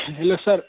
hello sir